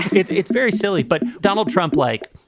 it's it's very silly. but donald trump, like,